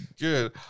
Good